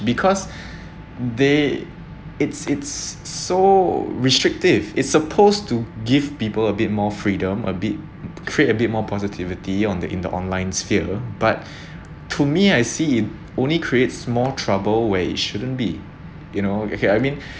because they it's it's s~ so restrictive it's supposed to give people a bit more freedom a bit create a bit more positivity on the in the online sphere but to me I see it only creates more trouble where it shouldn't be you know you get what I mean